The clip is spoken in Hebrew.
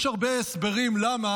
יש הרבה הסברים למה